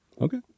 Okay